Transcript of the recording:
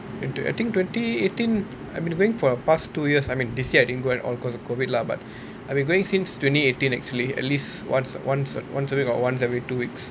twenty I think twenty eighteen I've been going for the past two years I mean this year I didn't go at all because of COVID lah but I've been going since twenty eighteen actually at least once once once a week or once every two weeks